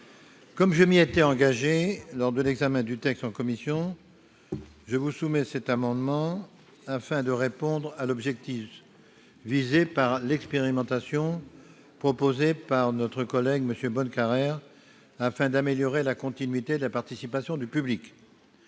Comme je m'y étais engagé lors de l'examen du texte en commission, je vous soumets cet amendement, qui répond à l'objectif visé par l'expérimentation proposée par notre collègue Philippe Bonnecarrère afin d'améliorer la continuité de la participation du public.